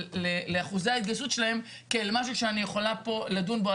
אחוזי ההתגייסות שלהם כאל משהו שאני יכולה פה לדון בו,